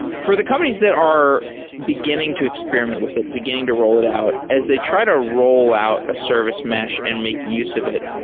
for the companies that are beginning to experiment with it, beginning to roll it out, as they try to roll out a service mesh and make use of it,